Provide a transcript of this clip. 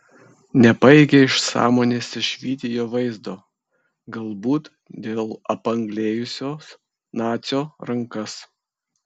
nepajėgė iš sąmonės išvyti jo vaizdo galbūt dėl apanglėjusios nacio rankas